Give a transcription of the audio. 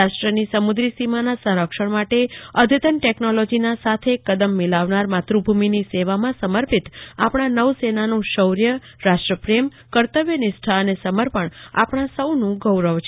રાષ્ટ્રની સમુક્રી સીમાના સંરક્ષણ માટે અઘતન ટેકનોલોજીના સાથે કદમ મીલાવનાર માત્રભૂમિની સેવામાં સમર્પિત આપના નોસેનાનું શોર્ય રાષ્ટ્રપ્રેમ કર્તવ્યનિષ્ટા અને સમર્પણ આપણા સૌનું ગૌરવ છે